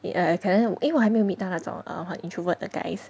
也可能因为我还没有 meet 到那种 err 很 introvert 的 guys